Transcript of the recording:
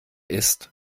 ist